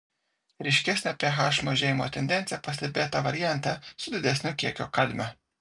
ryškesnė ph mažėjimo tendencija pastebėta variante su didesniu kiekiu kadmio